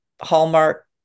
Hallmark